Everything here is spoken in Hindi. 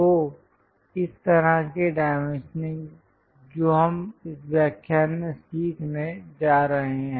तो इस तरह के डाइमेंशनिंग जो हम इस व्याख्यान में सीखने जा रहे हैं